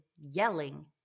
yelling